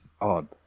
odd